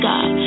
God